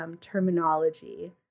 terminology